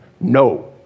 No